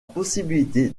possibilité